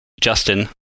Justin